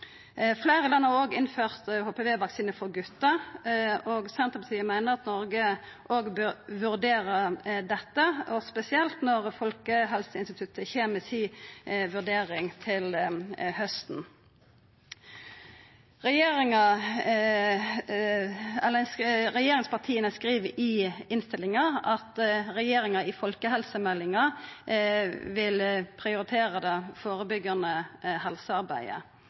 Fleire land har òg innført HPV-vaksine for gutar. Senterpartiet meiner at Noreg òg bør vurdera dette spesielt når Folkehelseinstituttet kjem med si vurdering til hausten. Regjeringspartia skriv i innstillinga at regjeringa i folkehelsemeldinga vil prioritera det førebyggjande helsearbeidet,